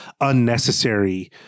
unnecessary